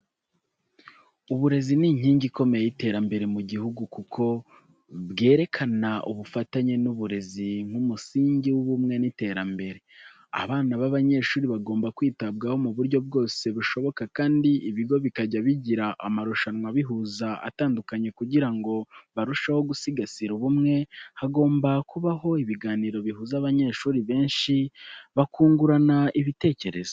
Uburezi ni inkingi ikomeye y'iterambere mu gihugu kuko bwerekana ubufatanye n’uburezi nk’umusingi w’ubumwe n’iterambere. Abana b'abanyeshuri bagomba kwitabwaho mu buryo bwose bushoboka kandi ibigo bikajya bigira amarushanwa abihuza atandukanye kugira ngo barusheho gusigasira ubumwe, hagomba kubaho ibiganiro bihuza abanyeshuri benshi bakungurana ibitekerezo.